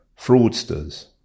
fraudsters